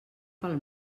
per